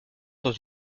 dans